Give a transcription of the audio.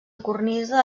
cornisa